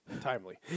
Timely